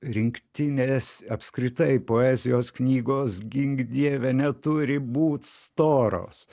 rinktinės apskritai poezijos knygos gink dieve neturi būt storos